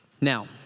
Now